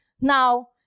Now